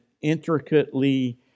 intricately